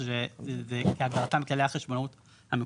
זה כהגדרתן כללי החשבונאות המקובלים,